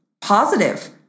positive